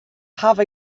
haw